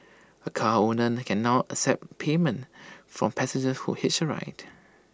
A car owner can now accept payment from passengers who hitch A ride